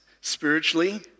spiritually